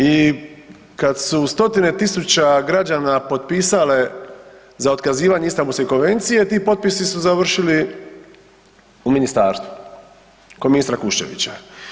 I kad su stotine tisuća građana potpisale za otkazivanje Istanbulske konvencije, ti potpisi su završili u ministarstvu kod ministra Kuščevića.